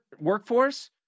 workforce